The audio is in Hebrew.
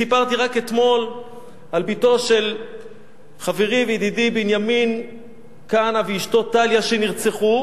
סיפרתי רק אתמול על בתם של חברי וידידי בנימין כהנא ואשתו טליה שנרצחו,